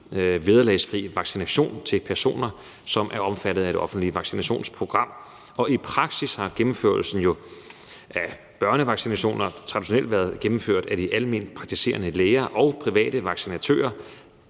vederlagsfri vaccination til personer, som er omfattet af det offentlige vaccinationsprogram. I praksis har gennemførelsen af børnevaccinationer jo traditionelt været foretaget af de alment praktiserende læger og private vaccinatører,